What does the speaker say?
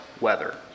weather